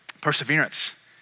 Perseverance